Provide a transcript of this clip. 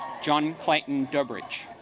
john clayton durbridge